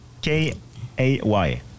K-A-Y